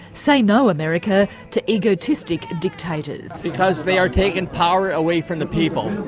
say no america, to egotistic dictators'. because they are taking power away from the people,